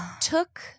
took